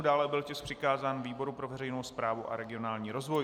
Dále byl tisk přikázán výboru pro veřejnou správu a regionální rozvoj.